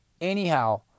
anyhow